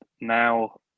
now